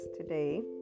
today